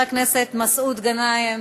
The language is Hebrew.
חבר הכנסת מסעוד גנאים,